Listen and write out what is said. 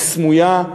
היא סמויה,